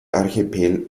archipel